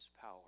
power